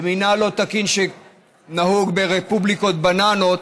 למינהל לא תקין שנהוג ברפובליקות בננות,